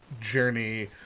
journey